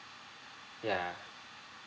ya